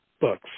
Books